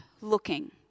looking